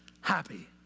happy